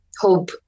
hope